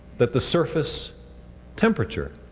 that the surface temperature